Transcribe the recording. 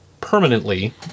permanently